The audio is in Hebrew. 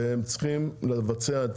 והם צריכים לבצע את